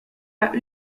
pas